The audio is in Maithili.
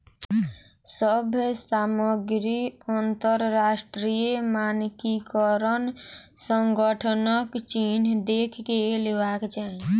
सभ सामग्री अंतरराष्ट्रीय मानकीकरण संगठनक चिन्ह देख के लेवाक चाही